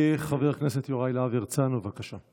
חבר הכנסת יוראי להב הרצנו, בבקשה.